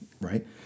Right